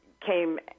came